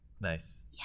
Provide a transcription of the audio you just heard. nice